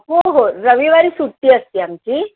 हो हो रविवारी सुट्टी असते आमची